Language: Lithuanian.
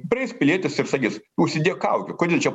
prieis pilietis ir sakys užsidėk kaukę kodėl čia